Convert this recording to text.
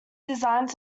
designed